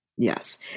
Yes